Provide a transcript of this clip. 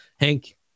Hank